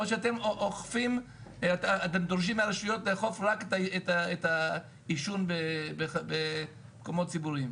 או שאתם דורשים מהרשויות לאכוף רק את העישון במקומות ציבוריים?